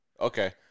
okay